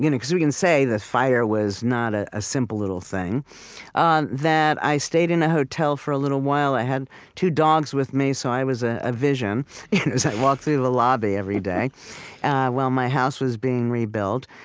you know because we can say the fire was not a a simple little thing um that i stayed in a hotel for a little while i had two dogs with me, so i was a a vision as i walked through the lobby every day while my house was being rebuilt.